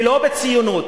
ולא בציונות,